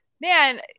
Man